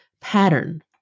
pattern